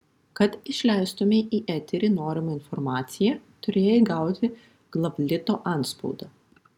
kad išleistumei į eterį norimą informaciją turėjai gauti glavlito antspaudą